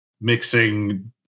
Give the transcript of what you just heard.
mixing